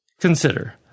Consider